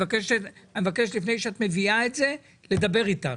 אני מבקש לפני שאתה מביאה את זה לדבר איתנו.